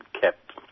kept